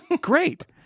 Great